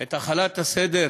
את החלת הסדר